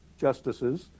justices